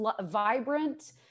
vibrant